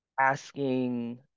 asking